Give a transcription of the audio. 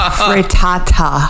frittata